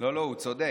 לא, לא, הוא צודק.